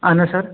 اَہَن حظ سَر